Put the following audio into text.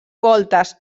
voltes